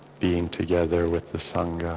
being together with the sangha